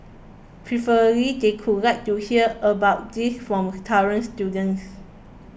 preferably they could like to hear about these from students